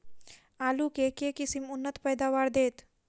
आलु केँ के किसिम उन्नत पैदावार देत?